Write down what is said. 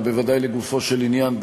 בוודאי לגופו של עניין,